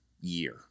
year